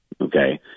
Okay